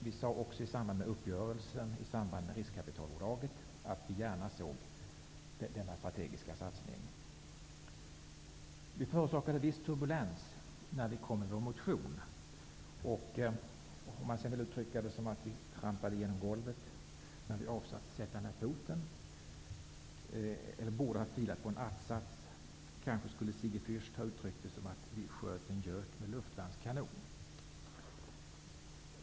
I samband med uppgörelsen när det gällde riskkapitalbolaget sade vi att vi gärna såg en sådan här strategisk satsning. Vi förorsakade viss turbulens när vi väckte vår motion. Vi så att säga trampade genom golvet när vi i stället avsåg att sätta ner foten. Vi borde ha filat på en att-sats. Sigge Fürst skulle kanske ha sagt: Vi sköt en en gök med luftvärnskanon.